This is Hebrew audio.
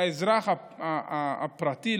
לאזרח הפרטי,